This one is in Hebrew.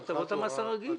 איתן.